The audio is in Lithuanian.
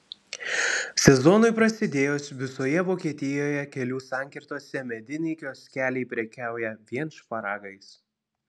sezonui prasidėjus visoje vokietijoje kelių sankirtose mediniai kioskeliai prekiauja vien šparagais